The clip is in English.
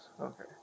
Okay